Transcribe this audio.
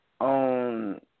on